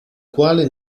quale